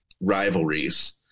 rivalries